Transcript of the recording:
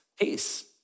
peace